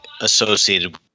associated